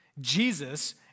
Jesus